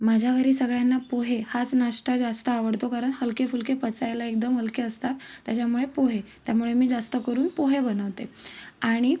माझ्या घरी सगळ्यांना पोहे हाच नाष्टा जास्त आवडतो कारण हलकेफुलके पचायला एकदम हलके असतात त्याच्यामुळे पोहे त्यामुळे मी जास्त करून पोहे बनवते आणि